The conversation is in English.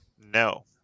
No